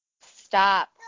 Stop